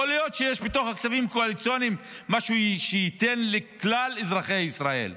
יכול להיות שיש בתוך הכספים הקואליציוניים משהו שייתן לכלל אזרחי ישראל,